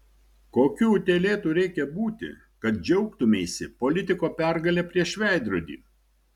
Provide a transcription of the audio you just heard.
kokiu utėlėtu reikia būti kad džiaugtumeisi politiko pergale prieš veidrodį